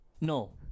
No